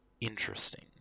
interesting